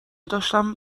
داشتم